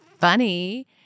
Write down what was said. funny